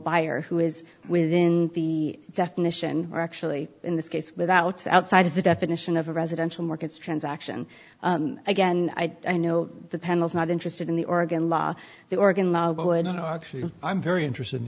buyer who is within the definition or actually in this case without outside of the definition of a residential markets transaction again i know the panel's not interested in the oregon law the oregon law i'm very interested in